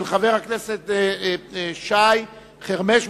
של חבר הכנסת שי חרמש,